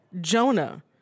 Jonah